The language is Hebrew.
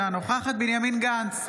אינה נוכחת בנימין גנץ,